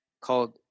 called